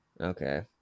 Okay